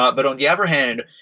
ah but on the other hand,